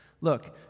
look